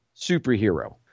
superhero